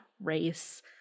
race